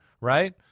right